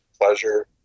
pleasure